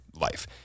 life